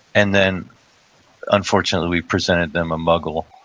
and then unfortunately, we presented them a muggle.